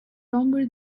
longer